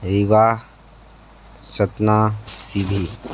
रीवा सतना शिविर